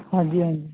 ਹਾਂਜੀ ਹਾਂਜੀ